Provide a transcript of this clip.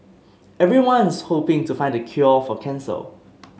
everyone's hoping to find the cure for cancer